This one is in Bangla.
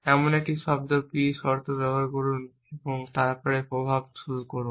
এমন একটি শব্দ p শর্ত ব্যবহার করুন এবং তারপরে প্রভাব শুরু করুন